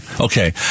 Okay